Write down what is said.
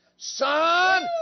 Son